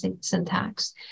syntax